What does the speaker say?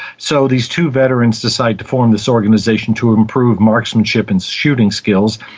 so these two veterans decide to form this organisation to improve marksmanship and shooting skills.